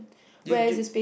did you